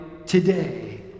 today